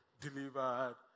delivered